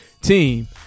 team